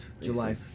july